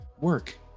work